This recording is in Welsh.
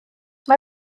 mae